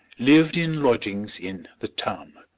lived in lodgings in the town.